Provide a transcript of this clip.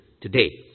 today